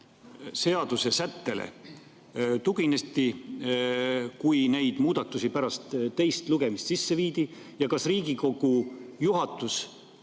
seadusesättele tugineti, kui neid muudatusi pärast teist lugemist sisse viidi? Ja kas Riigikogu juhatus